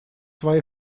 свои